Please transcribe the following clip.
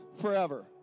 forever